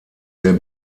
der